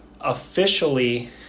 officially